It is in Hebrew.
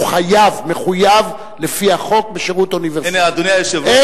הוא חייב, מחויב לפי החוק, בשירות אוניברסלי.